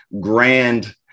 grand